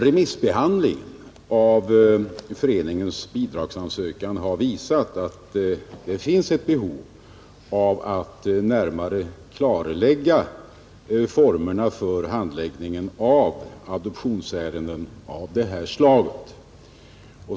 Remissbehandlingen av föreningens bidragsansökan har visat att det finns ett behov av att närmare klarlägga formerna för handläggningen av adoptionsärenden av det här slaget.